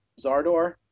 Zardor